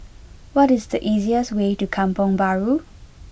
what is the easiest way to Kampong Bahru